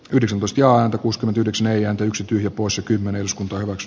yhdeksän postiaan kuusk yksi neljä yksi tyhjä poissa kymmenen skonto lax